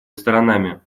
сторонами